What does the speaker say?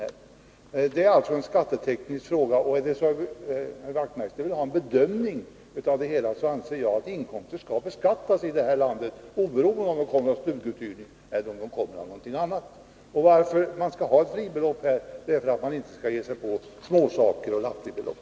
Detta är alltså en skatteteknisk fråga, och om herr Wachtmeister önskar ett klargörande av min bedömning av det hela, så vill jag säga att inkomster skall beskattas i det här landet, oberoende av om de kommer från stuguthyrning eller från något annat. Att det skall finnas ett fribelopp i detta sammanhang beror på att man inte skall ge sig på småsaker och lappribelopp.